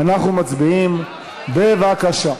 אנחנו מצביעים, בבקשה.